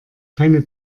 keine